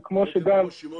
וכמו שגם